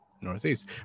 Northeast